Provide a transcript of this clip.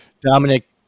Dominic